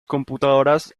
computadoras